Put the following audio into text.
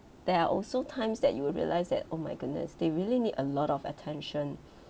there are also times that you will realise that oh my goodness they really need a lot of attention